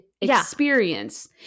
experience